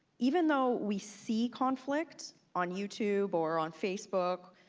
even though we see conflict on youtube or on facebook,